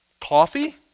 Coffee